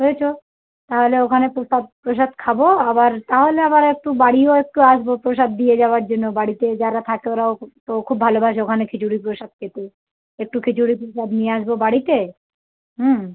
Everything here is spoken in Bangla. বুঝেছো তাহলে ওখানে প্রসাদ ফ্রসাদ খাবো আবার তাহলে আবার একটু বাড়িও একটু আসবো প্রসাদ দিয়ে যাওয়ার জন্য বাড়িতেও যারা থাকে ওরাও তো খুব ভালোবাসে ওখানে খিচুড়ি প্রসাদ খেতে একটু খিচুড়ি প্রসাদ নিয়ে আসবো বাড়িতে হুম